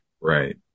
Right